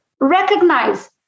recognize